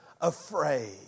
afraid